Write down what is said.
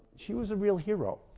she was a real hero.